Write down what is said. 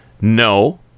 no